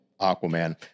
Aquaman